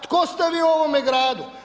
Tko ste vi u ovome gradu?